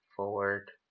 forward